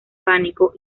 pánico